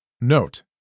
Note